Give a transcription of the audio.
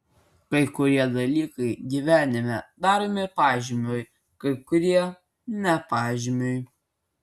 kai kurie dalykai gyvenime daromi pažymiui kai kurie ne pažymiui